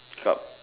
cup